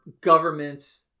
governments